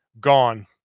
gone